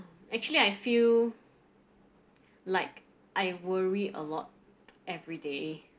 actually I feel like I worry a lot every day